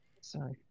Sorry